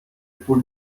پول